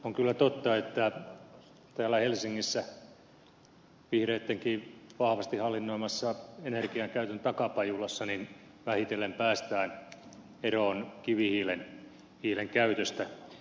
on kyllä totta että täällä helsingissä vihreidenkin vahvasti hallinnoimassa energiankäytön takapajulassa vähitellen päästään eroon kivihiilen käytöstä